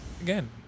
again